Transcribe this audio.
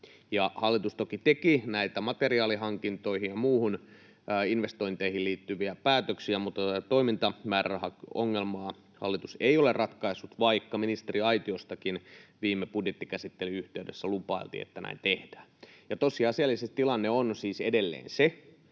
Hallitus toki teki näitä materiaalihankintoihin ja muuhun investointeihin liittyviä päätöksiä, mutta toimintamäärärahaongelmaa hallitus ei ole ratkaissut, vaikka ministeriaitiostakin viime budjettikäsittelyn yhteydessä lupailtiin, että näin tehdään. Tosiasiallisesti tilanne on siis edelleen se,